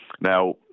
Now